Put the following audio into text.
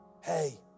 hey